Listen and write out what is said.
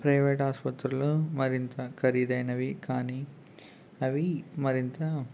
private ఆసుపత్రిలో మరింత ఖరీదైనవి కానీ అవి మరింత